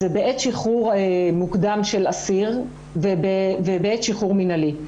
זה בעת שחרור מוקדם של אסיר ובעת שחרור מינהלי.